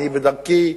אני בדרכי,